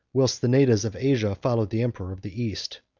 whilst the natives of asia followed the emperor of the east.